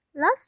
Last